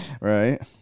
Right